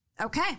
okay